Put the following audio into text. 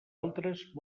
altres